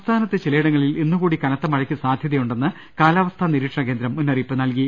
സംസ്ഥാനത്ത് ചിലയിടങ്ങളിൽ ഇന്ന് കൂടി കനത്ത മഴയ്ക്ക് സാധൃതയുണ്ടെന്ന് കാലാവസ്ഥാ നിരീക്ഷണ ക്യേന്ദ്രം മുന്നറിയിപ്പ് നൽകി